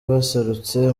baserutse